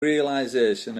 realization